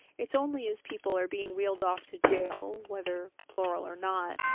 it's only as people are being wheeled off to jail, whether plural or not,